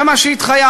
זה מה שהתחייבת,